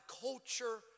culture